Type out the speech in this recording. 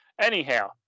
Anyhow